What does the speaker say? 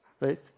right